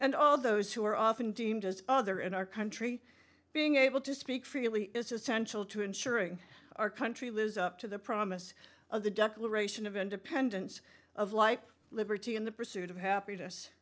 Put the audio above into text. and all those who are often deemed as other in our country being able to speak freely is essential to ensuring our country lives up to the promise of the declaration of independence of like liberty in the pursuit of happiness